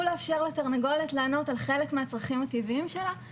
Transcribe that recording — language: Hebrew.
לאפשר לתרנגולת לענות על חלק מהצרכים הטבעיים שלה.